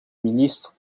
ministre